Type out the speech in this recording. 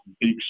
big